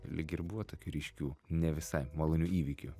lyg ir buvo tokių ryškių ne visai malonių įvykių